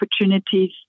opportunities